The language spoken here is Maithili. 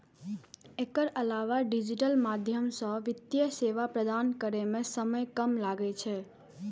एकर अलावा डिजिटल माध्यम सं वित्तीय सेवा प्रदान करै मे समय कम लागै छै